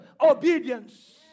obedience